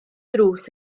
drws